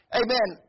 amen